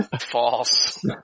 False